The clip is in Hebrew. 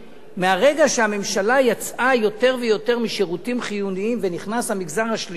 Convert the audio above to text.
מהרגע שהממשלה יצאה יותר ויותר משירותים חיוניים ונכנס המגזר השלישי,